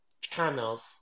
channels